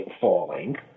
falling